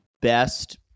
best